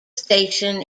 station